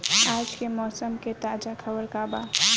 आज के मौसम के ताजा खबर का बा?